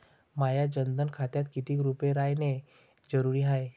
माह्या जनधन खात्यात कितीक रूपे रायने जरुरी हाय?